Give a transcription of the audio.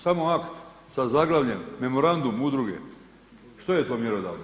Samo akt sa zaglavljem, memorandum udruge, što je to mjerodavno?